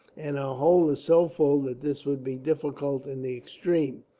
and our hold is so full that this would be difficult in the extreme.